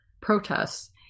protests